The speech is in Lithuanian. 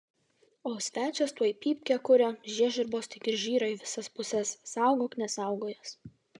o svečias tuoj pypkę kuria žiežirbos tik ir žyra į visas puses saugok nesaugojęs